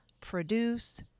produce